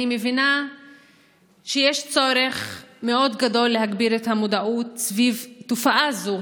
אני מבינה שיש צורך מאוד גדול להגביר את המודעות סביב תופעה זו,